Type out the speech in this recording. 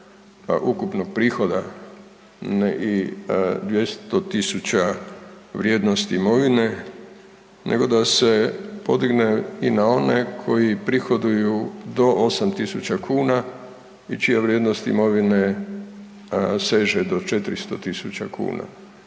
ukupnog prihoda i 200 0000 vrijednosti imovine, nego da se podigne i na one koji prihoduju do 8000 kn i čija vrijednosti imovine seže do 400 000 kn